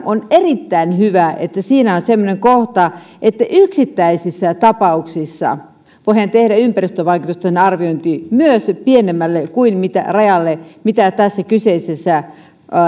on erittäin hyvä että tässä esityksessä on semmoinen kohta että yksittäisissä tapauksissa voidaan tehdä ympäristövaikutusten arviointi myös pienemmälle määrälle kuin mitä tässä kyseisessä